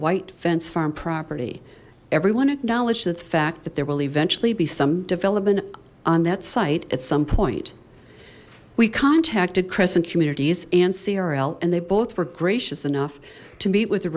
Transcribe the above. white fence farm property everyone acknowledged the fact that there will eventually be some development on that site at some point we contacted crescent communities and crl and they both were gracious enough to meet with the